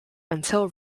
until